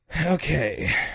Okay